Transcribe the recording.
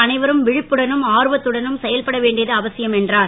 அனைவரும் விழிப்புடனும் ஆர்வத்துடனும் செயல்பட வேண்டியது அவசியம் என்றார்